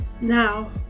now